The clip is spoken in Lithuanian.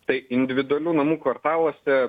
tai individualių namų kvartaluose